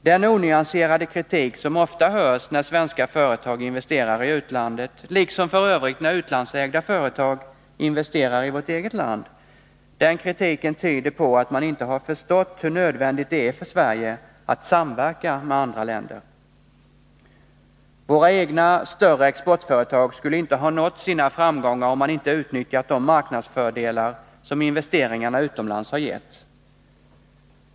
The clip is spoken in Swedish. Den onyanserade kritik, som ofta hörs när svenska företag investerar i utlandet liksom f. ö. när utlandsägda företag investerar i vårt eget land, tyder på att man inte har förstått hur nödvändigt det är för Sverige att samverka med andra länder. Våra egna större exportföretag skulle inte ha nått sina framgångar om man inte hade utnyttjat de marknadsfördelar som investeringarna utomlands gett.